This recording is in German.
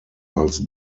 als